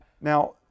Now